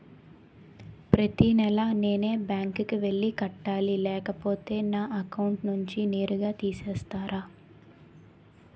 ప్రతి నెల నేనే బ్యాంక్ కి వెళ్లి కట్టాలి లేకపోతే నా అకౌంట్ నుంచి నేరుగా తీసేస్తర?